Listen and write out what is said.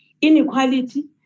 inequality